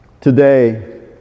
Today